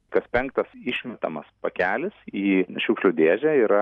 kas penktas išmetamas pakelis į šiukšlių dėžę yra